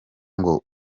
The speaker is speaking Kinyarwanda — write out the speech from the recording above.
ngo